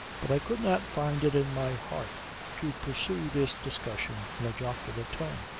but i could not find it in my heart to pursue this discussion in a jocular tone.